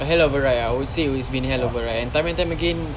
a hell of a ride ah I would say it's been hell of a ride and time and time again